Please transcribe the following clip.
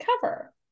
cover